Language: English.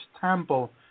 temple